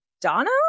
donna